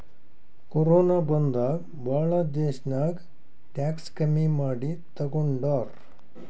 corona ಬಂದಾಗ್ ಭಾಳ ದೇಶ್ನಾಗ್ ಟ್ಯಾಕ್ಸ್ ಕಮ್ಮಿ ಮಾಡಿ ತಗೊಂಡಾರ್